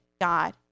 God